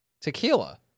tequila